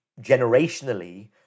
generationally